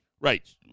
Right